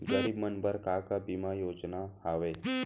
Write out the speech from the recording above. गरीब मन बर का का बीमा योजना हावे?